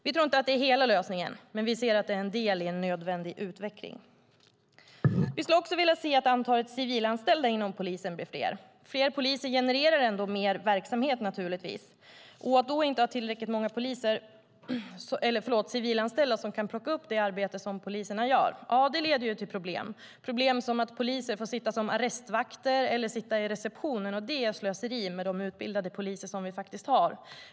Vi tror inte att det är hela lösningen, men vi ser att det är en del i en nödvändig utveckling. Vi skulle också vilja se att antalet civilanställda inom polisen blir fler. Fler poliser genererar naturligtvis mer verksamhet. Att då inte ha tillräckligt många civilanställda som kan plocka upp det arbete poliserna gör leder till problem, till exempel att poliser får sitta som arrestvakter eller i reception. Det är slöseri med de utbildade poliser vi faktiskt har.